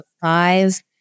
five